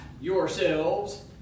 yourselves